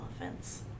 elephants